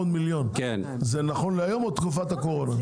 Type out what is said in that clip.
400 מיליון זה נכון להיום או לתקופת הקורונה?